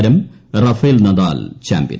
താരം Rafael Nadal champion